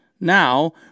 Now